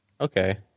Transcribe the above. Okay